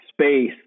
space